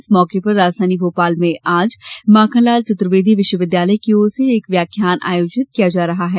इस मौके पर राजधानी भोपाल में आज माखनलाल चतुर्वेदी विश्वविद्यालय की ओर से एक व्याख्यान आयोजित किया जा रहा है